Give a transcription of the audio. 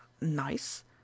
nice